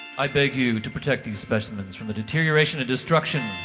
i beg you to protect these specimens from deterioration and destruction.